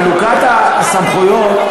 חלוקת הסמכויות,